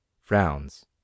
frowns